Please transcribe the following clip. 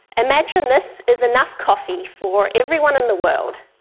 imagine this is enough coffee for everyone in the world.